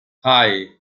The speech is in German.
hei